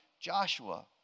Joshua